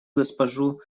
госпожу